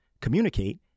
Communicate